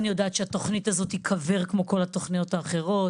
אני יודעת שהתוכנית הזאת תיקבר כמו כל התוכניות האחרות.